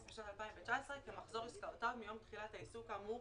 בשנת 2019 כמחזור עסקאותיו מיום תחילת העיסוק כאמור